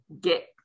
get